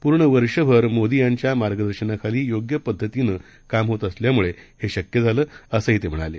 पूर्णवर्षभरमोदीयांच्यामार्गदर्शनाखालीयोग्यपद्धतीनंकामहोतअसल्यामुळेहेशक्यझालं असंहीतेम्हणाले